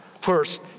first